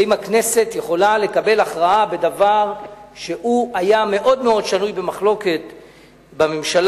האם הכנסת יכולה לקבל הכרעה בדבר שהיה מאוד-מאוד שנוי במחלוקת בממשלה,